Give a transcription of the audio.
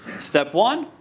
step one